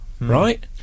right